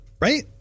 right